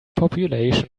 population